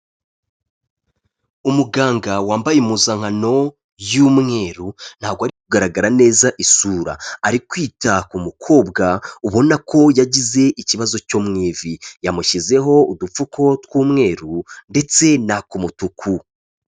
Umuganga wambaye impuzankano y'umweru ntabwo ari kugaragara neza isura, ari kwita ku mukobwa ubona ko yagize ikibazo cyo mu ivi, yamushyizeho udupfuko tw'umweru ndetse n'ak'umutuku.